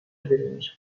verilmiş